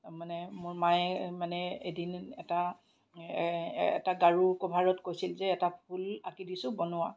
মানে মোৰ মায়ে মানে এদিন এটা এটা গাৰু কভাৰত কৈছিল যে এটা ফুল আঁকি দিছোঁ বনোৱা